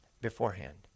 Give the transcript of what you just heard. Beforehand